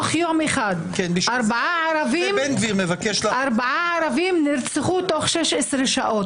ארבעה ערבים נרצחו תוך 16 שעות.